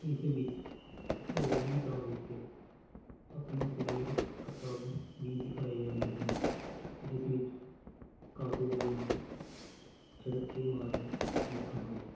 ਇਸ ਵਿੱਚ ਢੋਲ ਦੀ ਤਾਲ ਉੱਤੇ ਆਪਣੇ ਸਰੀਰਕ ਕਰਤਬ ਵੀ ਦਿਖਾਏ ਜਾਂਦੇ ਹਨ ਜਿਸ ਵਿੱਚ ਕਾਟੋ ਵਜਾਉਣੀ ਛੜੱਪੇ ਮਾਰਨੇ ਮੁੱਖ ਹਨ